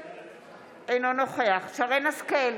אינו נוכח שרן מרים השכל,